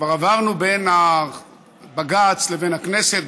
כבר עברנו בין בג"ץ לבין הכנסת,